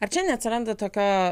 ar čia neatsiranda tokio